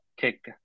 kick